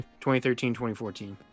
2013-2014